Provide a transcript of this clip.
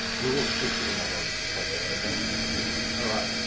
we will stick to the normal processes thanks councillor griffiths. alright,